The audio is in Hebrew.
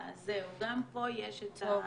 אז זהו, גם פה יש את ה